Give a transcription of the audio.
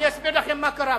אני אסביר לכם מה קרה.